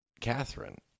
Catherine